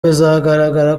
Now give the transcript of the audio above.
bizagaragara